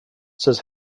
said